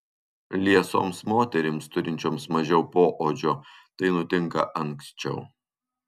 liesoms moterims turinčioms mažiau poodžio tai nutinka anksčiau